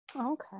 Okay